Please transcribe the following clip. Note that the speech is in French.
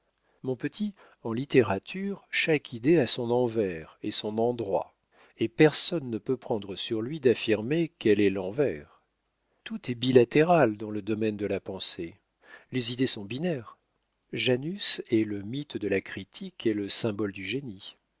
mon petit en littérature chaque idée a son envers et son endroit et personne ne peut prendre sur lui d'affirmer quel est l'envers tout est bilatéral dans le domaine de la pensée les idées son binaires janus est le mythe de la critique et le symbole du génie